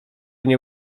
nie